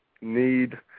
need